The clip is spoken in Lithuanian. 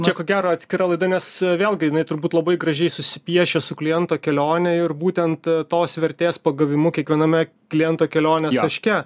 čia ko gero atskira laida nes vėlgi jinai turbūt labai gražiai susipiešia su kliento kelione ir būtent tos vertės pagavimu kiekviename kliento kelionės taške